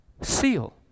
Seal